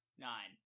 Nine